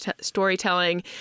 storytelling